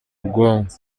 ubwonko